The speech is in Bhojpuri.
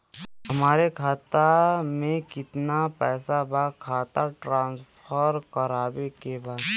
हमारे खाता में कितना पैसा बा खाता ट्रांसफर करावे के बा?